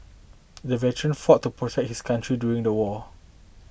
the veteran fought to protect his country during the war